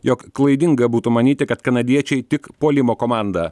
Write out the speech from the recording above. jog klaidinga būtų manyti kad kanadiečiai tik puolimo komanda